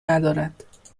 ندارد